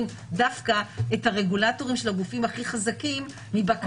דווקא את הרגולטורים של הגופים הכי חזקים מבקרה.